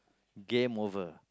game over